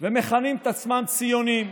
ומכנים את עצמם ציונים,